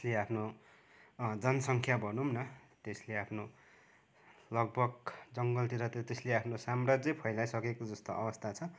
त्यसले आफ्नो जनसङ्ख्या भनौँ न त्यसले आफ्नो लगभग जङ्गलतिर त त्यसले आफ्नो साम्राज्य फैलाइसकेको जस्तो अवस्था छ